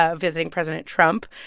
ah visiting president trump.